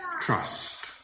trust